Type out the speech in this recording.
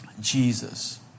Jesus